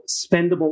spendable